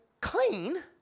clean